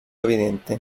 evidente